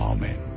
Amen